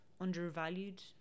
undervalued